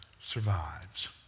survives